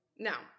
Now